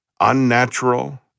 unnatural